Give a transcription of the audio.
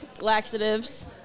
laxatives